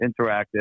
interactive